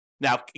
Now